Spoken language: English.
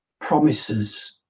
promises